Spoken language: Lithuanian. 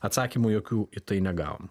atsakymų jokių į tai negavom